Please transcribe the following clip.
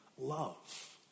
love